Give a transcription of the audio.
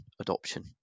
adoption